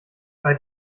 bei